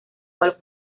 cual